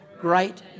great